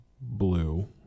blue